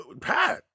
Pat